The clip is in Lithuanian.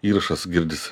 įrašas girdisi